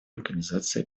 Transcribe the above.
организации